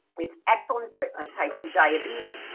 it's excellent for ah type two diabetes.